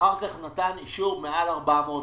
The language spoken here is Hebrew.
אחר כך הוא נתן אישור מעל 400 מיליון,